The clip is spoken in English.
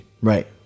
right